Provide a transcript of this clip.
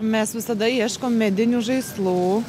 mes visada ieškom medinių žaislų